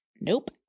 nope